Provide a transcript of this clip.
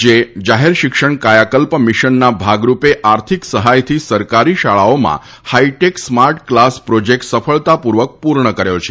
રાજ્યએ જાહેર શિક્ષણ કાયાકલ્પ મિશનના ભાગરૂપે આર્થિક સહાયથી સરકારી શાળાઓમાં હાઇટેક સ્માર્ટ ક્લાસ પ્રોજેક્ટ સફળતાપૂર્વક પૂર્ણ કર્યો છે